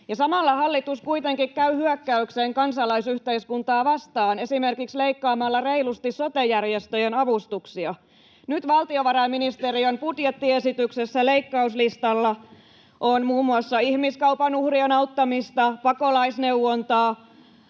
Samalla hallitus kuitenkin käy hyökkäykseen kansalaisyhteiskuntaa vastaan esimerkiksi leikkaamalla reilusti sote-järjestöjen avustuksia. Nyt valtiovarainministeriön budjettiesityksessä leikkauslistalla on muun muassa ihmiskaupan uhrien auttamista, pakolaisneuvontaa,